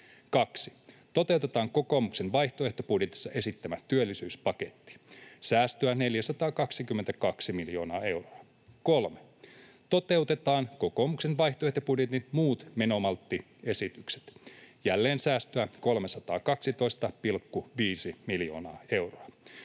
2) Toteutetaan kokoomuksen vaihtoehtobudjetissa esittämä työllisyyspaketti — säästöä 422 miljoonaa euroa. 3) Toteutetaan kokoomuksen vaihtoehtobudjetin muut menomalttiesitykset — jälleen säästöä 312,5 miljoonaa euroa.